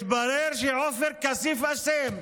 מתברר שעופר כסיף אשם.